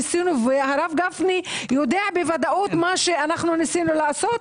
ניסינו והרב גפני יודע בוודאות מה שניסינו לעשות.